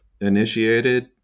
initiated